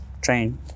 train